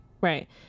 Right